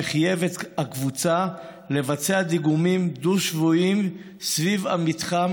שחייב את הקבוצה לבצע דיגומים דו-שבועיים סביב המתחם,